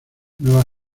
nueva